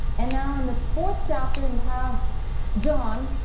and now in the fourth chapter you have john,